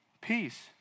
Peace